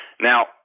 Now